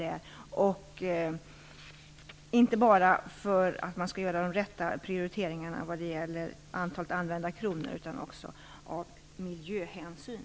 Det bör man göra inte bara för att man skall göra de rätta prioriteringarna vad gäller antalet använda kronor utan även av miljöhänsyn.